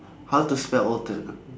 how to spell alter